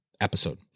episode